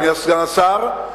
אדוני סגן השר,